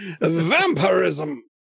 vampirism